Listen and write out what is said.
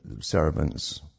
servants